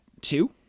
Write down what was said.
two